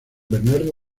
bernardo